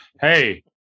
Hey